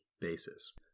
basis